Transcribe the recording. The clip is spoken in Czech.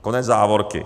Konec závorky.